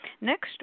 Next